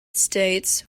states